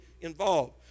involved